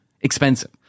expensive